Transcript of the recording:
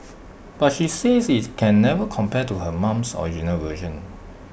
but she says IT can never compare to her mum's original version